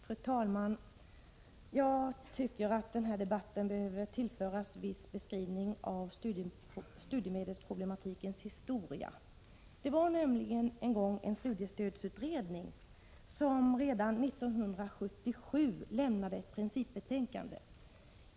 Fru talman! Jag tycker att denna debatt behöver tillföras viss beskrivning av studiemedelsproblematikens historia. Det var nämligen en gång en studiestödsutredning som redan 1977 lämnade ett principbetänkande.